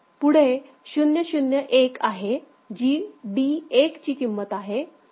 पुढे 0 0 1 आहे जी D1 ची किंमत आहे